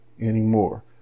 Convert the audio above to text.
anymore